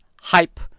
Hype